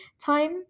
time